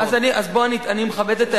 אז, בוא, אני מכבד את ההערה.